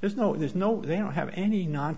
there's no there's no they don't have any no